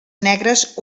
negres